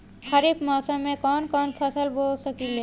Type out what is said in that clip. खरिफ मौसम में कवन कवन फसल बो सकि ले?